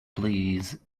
please